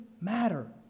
matter